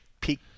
peak